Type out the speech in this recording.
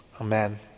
Amen